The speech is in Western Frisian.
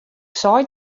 sei